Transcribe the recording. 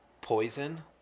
poison